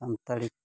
Santali